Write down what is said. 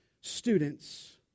students